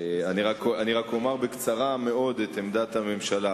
אני רק אומר בקצרה מאוד את עמדת הממשלה.